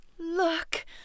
Look